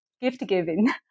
gift-giving